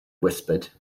whispered